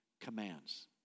commands